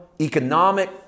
economic